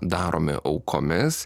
daromi aukomis